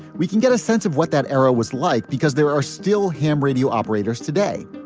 we can get a sense of what that era was like because there are still ham radio operators today.